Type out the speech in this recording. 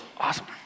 Awesome